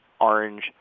orange